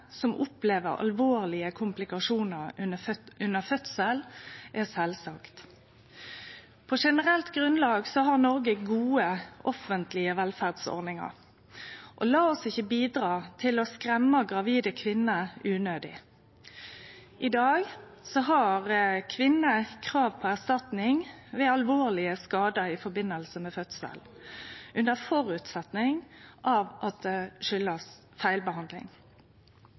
som opplever alvorlege komplikasjonar under fødsel, er sjølvsagt. På generelt grunnlag har Noreg gode offentlege velferdsordningar. La oss ikkje bidra til å skremme gravide kvinner unødig. I dag har kvinner krav på erstatning ved alvorlege skadar i samband med fødsel under den føresetnaden at det kjem av feilbehandling.